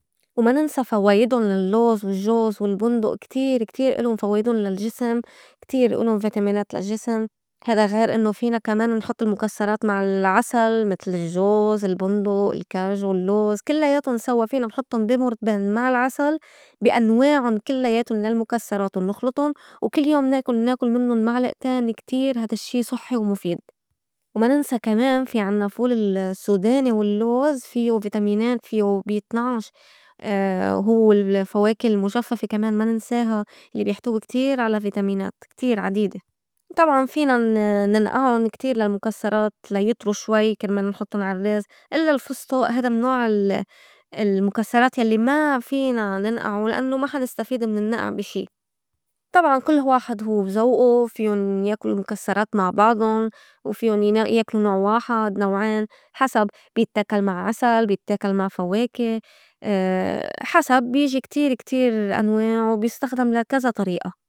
وما ننسى فوايدُن للّوز، والجوز، والبندُق، كتير- كتير إلُن فوايدُن للجّسم، كتير إلُن فيتامينات للجّسم. هيدا غير إنّو فينا كمان نحُط المُكسّرات مع العسل متل الجّوز، البندُق، الكاجو، اللّوز، كلّايتُن سوا فينا نحطُّن بي مُرطبان مع العسل بي أنواعٌ كلّايتُن للمُكسّرات ونُخلُطُن وكل يوم مناكُل- مناكل منُّن معلقين كتير هيدا الشّي صُحّي ومُفيد. وما ننسى كمان في عنّا فول السّوداني واللّوز فيو فيتامينات فيو بي طناعش، وهوّ الفواكه المجفّفة كمان ما ننساها الّي بيحتوي كتير على فيتامينات كتير عديدة. وطبعاً فينا ننئعُن كتير للمُكسّرات لا يطرو شوي كرمال نحطُّن على الرّز إلّا الفستُق هيدا النّوع المُكسّرات يلّي ما فينا ننقعه لأنوا ما حا نستفيد من النّقع بشي. طبعاً كل واحد هوّ وزوقه فيُن ياكلو مُكسّرات مع بعضُن، وفيُن ين- ياكلو نوع واحد نوعين حسب، بيتّاكل مع عسل، بيتّاكل مع فواكه، حسب بيجي كتير- كتير أنواع وبيُستخدم لا كزا طريئة.